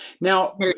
Now